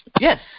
Yes